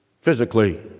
physically